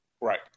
Right